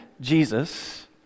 Jesus